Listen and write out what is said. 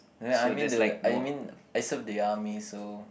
like I mean the I mean I served the army so